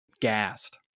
gassed